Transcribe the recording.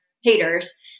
Haters